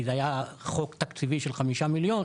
כי זה היה חוק של חמישה מיליון,